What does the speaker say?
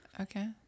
Okay